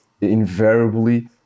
invariably